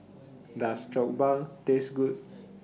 Does Jokbal Taste Good